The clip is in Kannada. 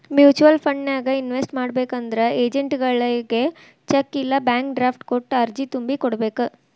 ಮ್ಯೂಚುಯಲ್ ಫಂಡನ್ಯಾಗ ಇನ್ವೆಸ್ಟ್ ಮಾಡ್ಬೇಕಂದ್ರ ಏಜೆಂಟ್ಗಳಗಿ ಚೆಕ್ ಇಲ್ಲಾ ಬ್ಯಾಂಕ್ ಡ್ರಾಫ್ಟ್ ಕೊಟ್ಟ ಅರ್ಜಿ ತುಂಬಿ ಕೋಡ್ಬೇಕ್